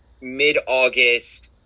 Mid-August